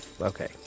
Okay